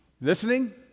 Listening